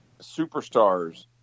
superstars